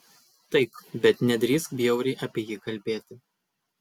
taip bet nedrįsk bjauriai apie jį kalbėti